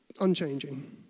unchanging